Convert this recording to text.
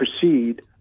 proceed